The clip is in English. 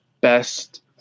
best